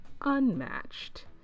unmatched